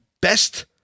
best